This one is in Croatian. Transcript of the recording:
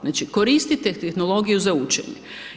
Znači koristite tehnologiju za učenje.